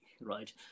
right